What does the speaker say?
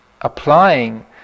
applying